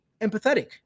empathetic